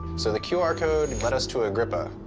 so the qr code led us to agrippa.